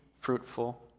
fruitful